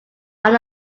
are